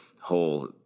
whole